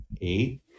Eight